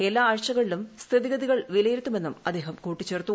എല്ലാ ആഴ്ചകളിലും സ്ഥിതിഗതികൾ വിലയിരുത്തുമെന്നും അദ്ദേഹം കൂട്ടിച്ചർത്തു